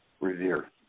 revere